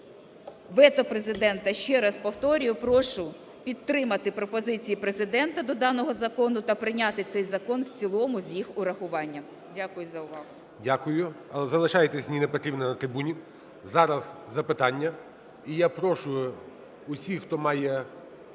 вето Президента, ще раз повторюю, прошу підтримати пропозиції Президента до даного закону та прийняти цей закон в цілому з їх урахуванням. Дякую за увагу.